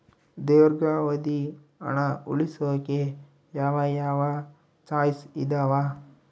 ದೇರ್ಘಾವಧಿ ಹಣ ಉಳಿಸೋಕೆ ಯಾವ ಯಾವ ಚಾಯ್ಸ್ ಇದಾವ?